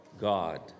God